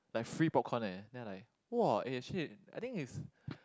like free popcorn leh then I like !wah! actually I think is